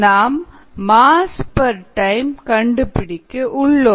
நாம் mass per time கண்டுபிடிக்க உள்ளோம்